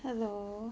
hello